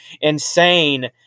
insane